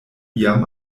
iam